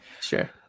Sure